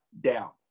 down